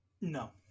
No